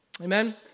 Amen